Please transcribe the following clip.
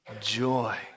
joy